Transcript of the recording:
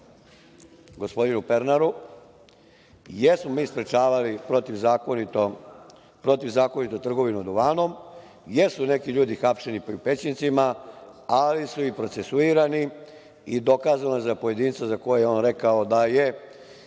gospodinu Pernaru. Jesmo mi sprečavali protivzakonitu trgovinu duvanom, jesu neki ljudi hapšeni po Pećincima, ali su i procesuirani i dokazano je za pojedince za koje je on rekao da se